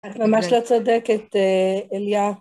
את ממש לא צודקת, אליה.